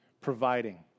providing